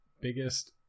biggest